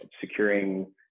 securing